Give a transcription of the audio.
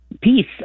Peace